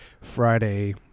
Friday